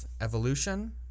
Evolution